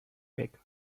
bec